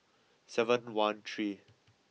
seven one three